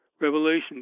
Revelation